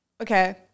Okay